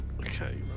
Okay